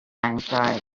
anxiety